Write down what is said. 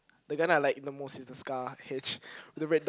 they guy I like the most is the scar H with the red